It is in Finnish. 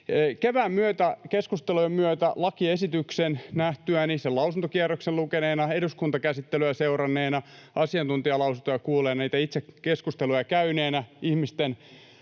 myötä, keskustelujen myötä, lakiesityksen nähtyäni, sen lausuntokierroksen lukeneena, eduskuntakäsittelyä seuranneena, asiantuntijalausuntoja kuulleena, niitä itse keskusteluja käyneenä ja ihmisten